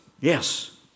Yes